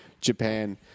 Japan